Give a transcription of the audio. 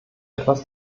etwas